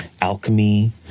alchemy